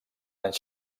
anys